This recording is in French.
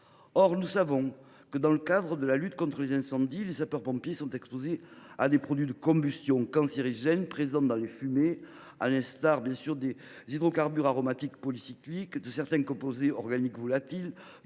Or nous savons que, dans le cadre de la lutte contre l’incendie, les sapeurs pompiers sont exposés à des produits de combustion cancérogènes présents dans les fumées, à l’instar des hydrocarbures aromatiques polycycliques (HAP), de certains composés organiques volatils